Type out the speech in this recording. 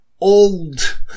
old